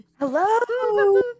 Hello